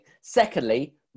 Secondly